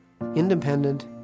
Independent